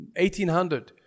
1800